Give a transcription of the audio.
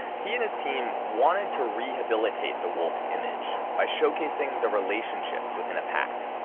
he and his team wanting to rehabilitate the wolf's image by showcasing the relationships within a pack.